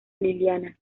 liliana